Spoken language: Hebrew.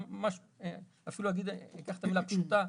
אפילו אני אקח את המילה "פשוטה",